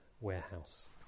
warehouse